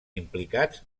implicats